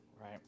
right